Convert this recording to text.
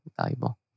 valuable